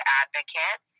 advocate